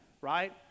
right